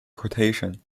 quotation